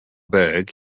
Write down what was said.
berg